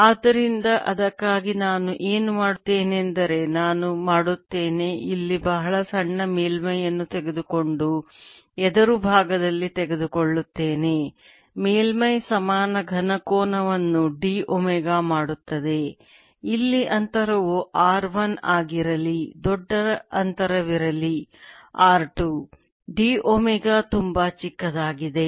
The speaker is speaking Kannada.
ಆದ್ದರಿಂದ ಅದಕ್ಕಾಗಿ ನಾನು ಏನು ಮಾಡುತ್ತೇನೆಂದರೆ ನಾನು ಮಾಡುತ್ತೇನೆ ಇಲ್ಲಿ ಬಹಳ ಸಣ್ಣ ಮೇಲ್ಮೈಯನ್ನು ತೆಗೆದುಕೊಂಡು ಎದುರು ಭಾಗದಲ್ಲಿ ತೆಗೆದುಕೊಳ್ಳುತ್ತೇನೆ ಮೇಲ್ಮೈ ಸಮಾನ ಘನ ಕೋನವನ್ನು d ಒಮೆಗಾ ಮಾಡುತ್ತದೆ ಇಲ್ಲಿ ಅಂತರವು r 1 ಆಗಿರಲಿ ದೊಡ್ಡ ಅಂತರವಿರಲಿ r 2 d ಒಮೆಗಾ ತುಂಬಾ ಚಿಕ್ಕದಾಗಿದೆ